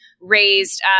raised